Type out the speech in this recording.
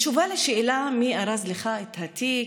בתשובה על השאלה: מי ארז לך את התיק?